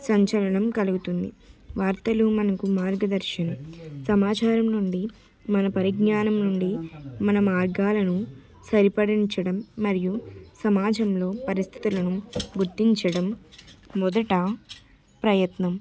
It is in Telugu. సంచలనం కలుగుతుంది వార్తలు మనకు మార్గదర్శనం సమాచారం నుండి మన పరిజ్ఞానం నుండి మన మార్గాలను సరిపడించడం మరియు సమాజంలో పరిస్థితులను గుర్తించడం మొదట ప్రయత్నం